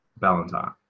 Valentine